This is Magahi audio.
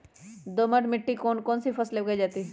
दोमट मिट्टी कौन कौन सी फसलें उगाई जाती है?